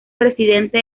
presidente